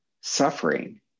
suffering